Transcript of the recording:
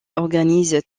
organise